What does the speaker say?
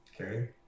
Okay